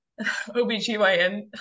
OBGYN